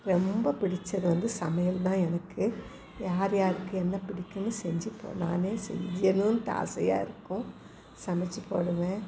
ரொம்ப பிடித்தது வந்து சமையல் தான் எனக்கு யார் யாருக்கு என்ன பிடிக்குன்னு செஞ்சு போ நானே செய்யணும்ன்ட்டு ஆசையாக இருக்கும் சமைத்து போடுவேன்